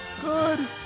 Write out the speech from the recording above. good